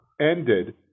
ended